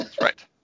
right